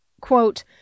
quote